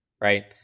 Right